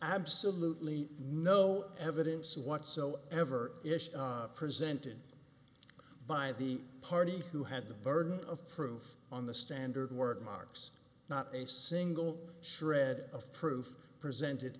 absolutely no evidence whatsoever presented by the party who had the burden of proof on the standard work marks not a single shred of proof presented